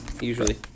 usually